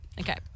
Okay